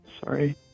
sorry